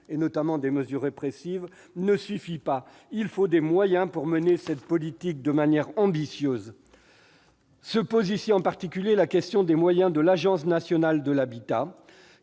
notamment des mesures répressives, ne suffit pas : il faut des moyens pour mener cette politique de manière ambitieuse. En particulier, les moyens de l'Agence nationale de l'habitat